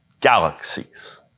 galaxies